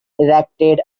erected